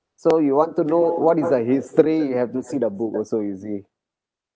so you want to know what is the history you have to see the book also you see